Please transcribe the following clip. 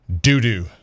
doo-doo